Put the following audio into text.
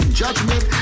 judgment